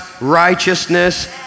righteousness